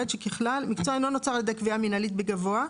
שככלל מקצוע אינו נוצר על ידי קביעה מנהלית בגבוה,